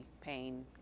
pain